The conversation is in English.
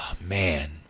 Man